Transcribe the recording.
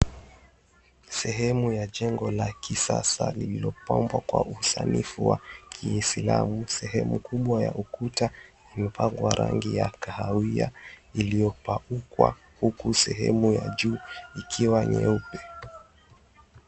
Sehemu ya jengo la kisasa lililopambwa kwa usanifu wa kiislamu kwenye sehemu kubwa ya ukuta uliopakwa rangi ya kahawia iliyopaukwa huku sehemu ya juu ikiwa nyeupe.